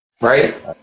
right